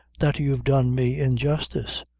that you've done me injustice.